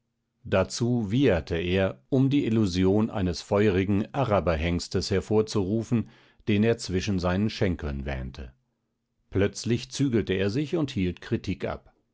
dazu wieherte er um die illusion eines feurigen araberhengstes hervorzurufen den er zwischen seinen schenkeln wähnte plötzlich zügelte er sich und hielt kritik ab